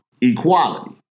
equality